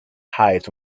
hides